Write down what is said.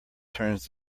turns